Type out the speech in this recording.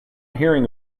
hearing